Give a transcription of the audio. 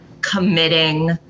committing